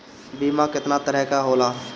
बीमा केतना तरह के होला?